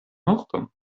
morton